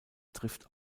trifft